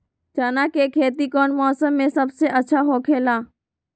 चाना के खेती कौन मौसम में सबसे अच्छा होखेला?